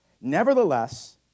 Nevertheless